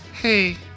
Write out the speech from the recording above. Hey